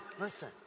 Listen